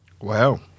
Wow